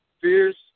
fierce